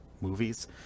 movies